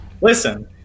Listen